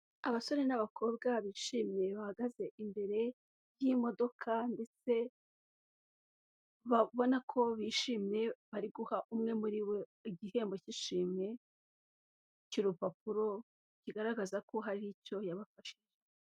Abasore n'abakobwa bishimye bahagaze imbere y'imodoka, ndetse ubona ko bishimye bari guha umwe muri bo igihembo cy'ishimwe, cy'urupapuro kigaragaza ko hari icyo yabafashije.